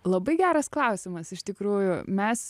labai geras klausimas iš tikrųjų mes